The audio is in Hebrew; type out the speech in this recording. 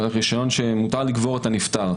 רישיון שמותר לקבור את הנפטר,